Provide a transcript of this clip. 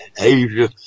Asia